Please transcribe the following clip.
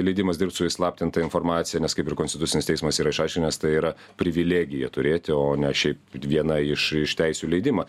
leidimas dirbt su įslaptinta informacija nes kaip ir konstitucinis teismas yra išaiškinęs tai yra privilegija turėti o ne šiaip viena iš iš teisių leidimą